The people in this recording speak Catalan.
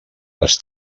les